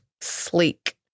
Sleek